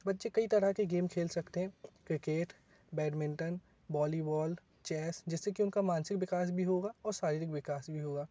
बच्चे कई तरह के गेम खेल सकते हैं क्रिकेट बैडमिंटन बौलीवौल चेस जिससे कि उनका मानसिक विकास भी होगा और शारीरिक विकास भी होगा